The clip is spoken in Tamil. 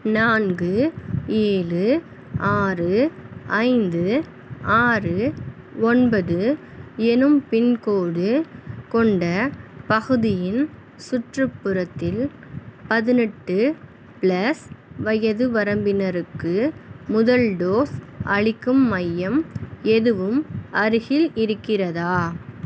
நான்கு ஏழு ஆறு ஐந்து ஆறு ஒன்பது என்னும் பின்கோடு கொண்ட பகுதியின் சுற்றுப்புறத்தில் பதினெட்டு ப்ளஸ் வயது வரம்பினருக்கு முதல் டோஸ் அளிக்கும் மையம் எதுவும் அருகில் இருக்கிறதா